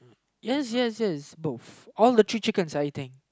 yes yes yes both all the three chickens are eating